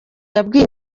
yabwiye